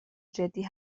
جدی